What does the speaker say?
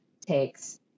takes